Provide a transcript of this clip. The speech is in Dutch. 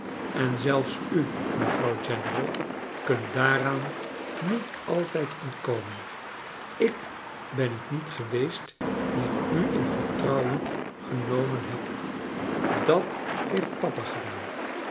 en zelfs u mevrouw general kunt daaraan niet altijd ontkomen ik ben het niet geweest die u in vert rou wen gene men neb dat heeft papa gedaan